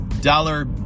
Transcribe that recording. dollar